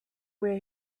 where